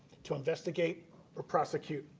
to investigate or prosecute.